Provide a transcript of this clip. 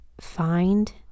find